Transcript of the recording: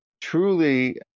truly